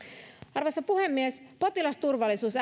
arvoisa puhemies potilasturvallisuus